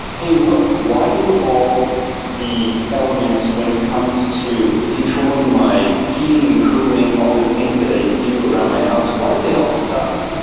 hey look, why do all the elements when it comes to controlling my heating and cooling, all the things that i do around my house, why do they all suck?